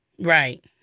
Right